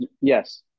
yes